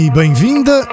bem-vinda